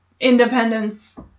independence